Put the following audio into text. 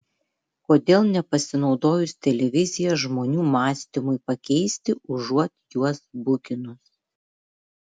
kodėl nepasinaudojus televizija žmonių mąstymui pakeisti užuot juos bukinus